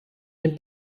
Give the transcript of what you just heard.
den